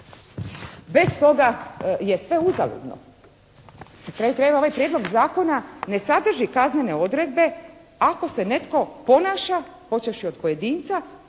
Bez toga je sve uzaludno. Na kraju krajeva ovaj Prijedlog zakona ne sadrži kaznene odredbe ako se netko ponaša počevši od pojedinca,